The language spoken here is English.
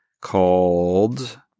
called